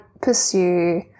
pursue